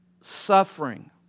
suffering